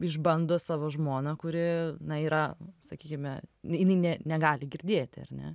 išbando savo žmoną kuri na yra sakykime jinai ne negali girdėti ar ne